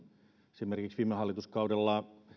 esimerkiksi viime hallituskaudella